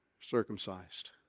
circumcised